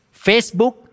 Facebook